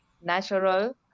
natural